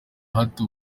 hato